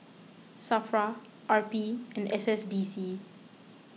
Safra R P and S S D C